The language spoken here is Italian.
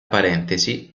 parentesi